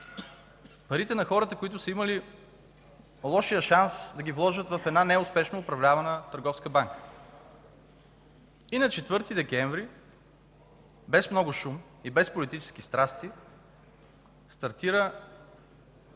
Парите на хората, които са имали лошия шанс да ги вложат в една неуспешно управлявана търговска банка. На 4 декември без много шум и без политически страсти стартира